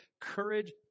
courage